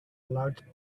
large